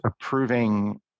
approving